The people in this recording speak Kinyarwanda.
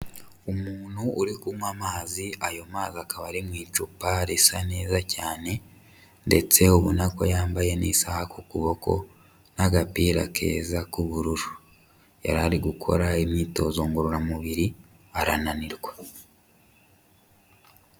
Umuntu urikunywa amazi ayo mazi akaba ari mu icupa risa neza cyane ndetse ubona ko yambaye n'isaha ku kuboko n'agapira keza k'ubururu. Yari ari gukora imyitozo ngororamubiri arananirwa.